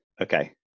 Okay